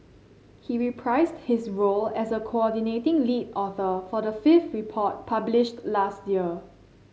he reprised his role as a coordinating lead author for the fifth report published last year